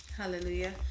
Hallelujah